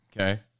Okay